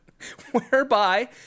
Whereby